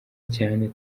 cyane